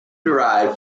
derived